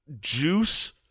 juice